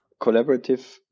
collaborative